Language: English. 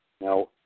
Now